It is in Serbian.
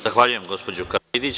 Zahvaljujem gospođo Karavidić.